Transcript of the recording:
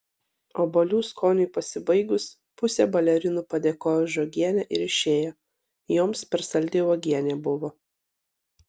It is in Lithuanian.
obuolių skoniui pasibaigus pusė balerinų padėkojo už uogienę ir išėjo joms per saldi uogienė buvo